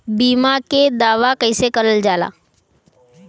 बीमा के दावा कैसे करल जाला?